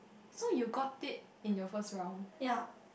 so you got it in your first round